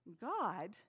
God